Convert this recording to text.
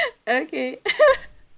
okay